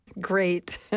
Great